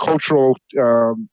cultural